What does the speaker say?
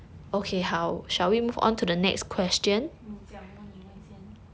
你讲 lor 你问先